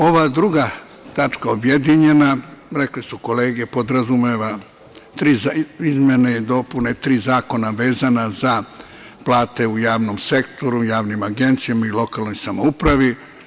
Ova druga tačka objedinjena, rekle su kolege, podrazumeva tri izmene i dopune tri zakona vezana za plate u javnom sektoru, u javnim agencijama i lokalnoj samoupravi.